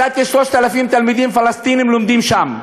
מצאתי 3,000 תלמידים פלסטינים לומדים שם.